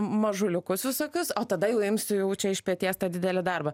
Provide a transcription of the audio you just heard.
mažuliukus visokius o tada jau imsiu jau čia iš peties tą didelį darbą